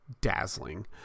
dazzling